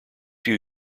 few